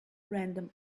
random